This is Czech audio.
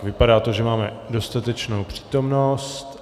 Vypadá to, že máme dostatečnou přítomnost.